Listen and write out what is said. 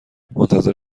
منتظر